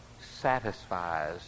satisfies